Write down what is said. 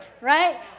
right